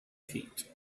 feet